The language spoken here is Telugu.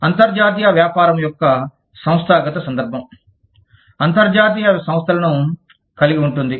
అంతర్జాతీయ వ్యాపారం యొక్క సంస్థాగత సందర్భం అంతర్జాతీయ సంస్థలను కలిగి ఉంటుంది